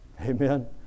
Amen